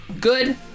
good